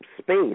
space